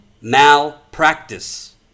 malpractice